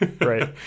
Right